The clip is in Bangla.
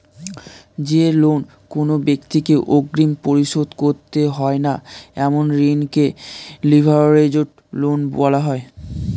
যে লোন কোনো ব্যাক্তিকে অগ্রিম পরিশোধ করতে হয় না এমন ঋণকে লিভারেজড লোন বলা হয়